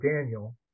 Daniel